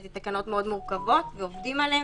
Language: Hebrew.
זה תקנות מאוד מורכבות ועובדים עליהן,